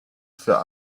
für